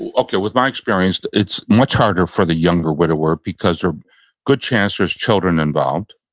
okay, with my experience, it's much harder for the younger widower because there's a good chance there's children involved.